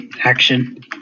action